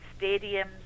stadiums